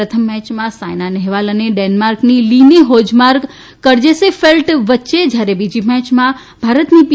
પ્રથમ મેચમાં સાયના નહેવાલ અને ડેન્માર્કની લીને હો માર્ક કજેર્સફેલ્ટ વચ્ચે થારે બીજી મેયમાં ભારતની પી